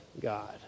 God